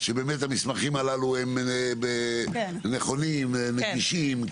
שבאמת המסמכים הללו נכונים ונגישים.